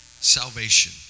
salvation